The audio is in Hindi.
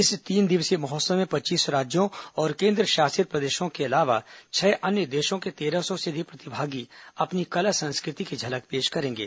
इस तीन दिवसीय महोत्सव में पच्चीस राज्यों और केंद्रशासित प्रदेशों के अलावा छह अन्य देशों के तेरह सौ से अधिक प्रतिभागी अपनी कला संस्कृति की झलक पेश करेंगे